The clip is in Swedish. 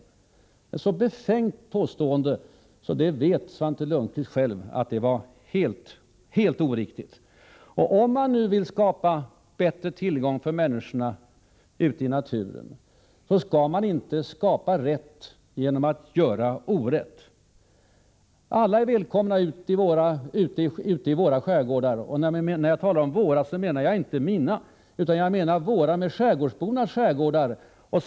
Det är ett så befängt påstående att Svante Lundkvist själv vet att det var helt oriktigt. Om man nu vill skapa bättre tillgång för människorna till naturen, skall man inte skapa rätt genom att göra orätt. Alla är välkomna ute i våra skärgårdar — och när jag talar om våra menar jag inte mina, utan jag menar med ”våra” skärgårdsbornas skärgårdar.